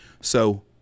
So-